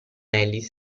ellis